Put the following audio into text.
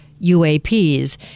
UAPs